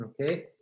Okay